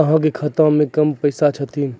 अहाँ के खाता मे कम पैसा छथिन?